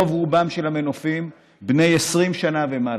רוב-רובם בני 20 שנה ומעלה.